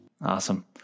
Awesome